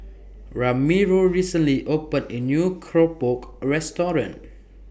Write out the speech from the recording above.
Ramiro recently opened A New Keropok Restaurant